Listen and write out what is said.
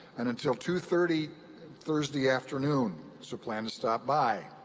and until two thirty thursday afternoon. so plan to stop by.